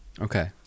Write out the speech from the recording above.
okay